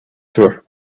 tour